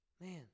Man